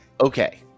okay